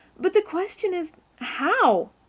but the question is how?